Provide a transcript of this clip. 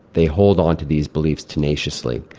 they hold onto these beliefs tenaciously.